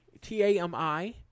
T-A-M-I